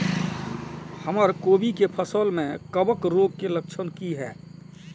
हमर कोबी के फसल में कवक रोग के लक्षण की हय?